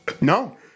No